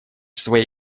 своей